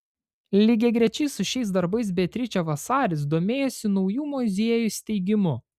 lygiagrečiai su šiais darbais beatričė vasaris domėjosi naujų muziejų steigimu